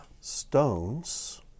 stones